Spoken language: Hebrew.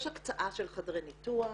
יש הקצאה של חדרי ניתוח,